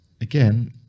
again